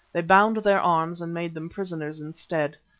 they bound their arms and made them prisoners instead.